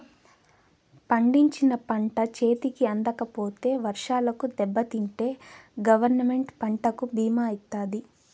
పండించిన పంట చేతికి అందకపోతే వర్షాలకు దెబ్బతింటే గవర్నమెంట్ పంటకు భీమా ఇత్తాది